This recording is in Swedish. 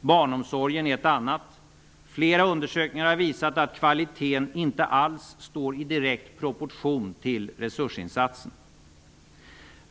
Barnomsorgen är ett annat exempel. Flera undersökningar har visat att kvaliteten inte alls står i direkt proportion till resursinsatsen.